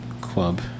club